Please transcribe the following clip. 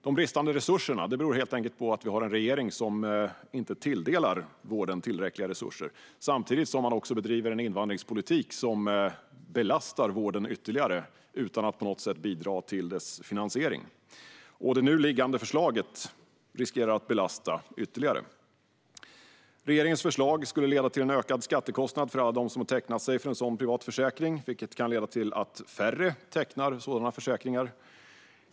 De bristande resurserna beror helt enkelt på att vi har en regering som inte tilldelar vården tillräckliga resurser samtidigt som man bedriver en invandringspolitik som belastar vården ytterligare utan att på något sätt bidra till dess finansiering. Det nu liggande förslaget riskerar att belasta ytterligare. Regeringens förslag skulle leda till en ökad skattekostnad för alla dem som har tecknat sig för en sådan privat försäkring, vilket kan leda till att färre tecknar sådana försäkringar.